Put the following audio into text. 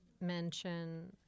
mention